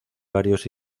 varios